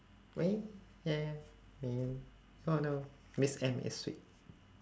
ya ya mean oh no miss M is sweet